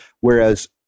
Whereas